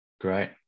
Great